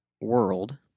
world